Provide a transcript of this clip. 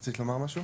רצית לומר משהו?